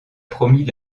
promis